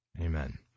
Amen